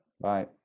bye